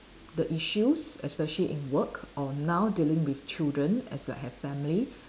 the issues especially in work or now dealing with children as like have family